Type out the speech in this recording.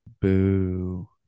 Boo